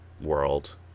world